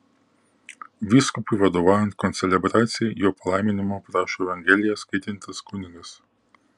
vyskupui vadovaujant koncelebracijai jo palaiminimo prašo evangeliją skaitantis kunigas